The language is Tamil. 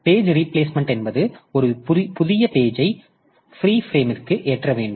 எனவே பேஜ் ரீபிளேஸ்மெண்ட் என்பது ஒரு புதிய பேஜ் ஐ பிரீ பிரேம் ஏற்ற வேண்டும்